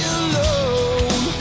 alone